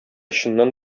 чыннан